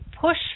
push